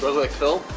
like phil?